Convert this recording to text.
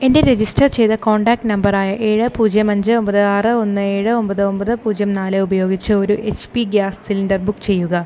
എൻ്റെ രജിസ്റ്റർ ചെയ്ത contact number ആയ ഏഴ് പൂജ്യം അഞ്ച് ഒമ്പത് ആറ് ഒന്ന് ഏഴ് ഒമ്പത് ഒമ്പത് പൂജ്യം നാല് ഉപയോഗിച്ച് ഒരു H P gas cylinder book ചെയ്യുക